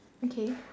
okay